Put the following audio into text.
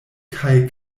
kaj